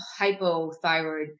hypothyroid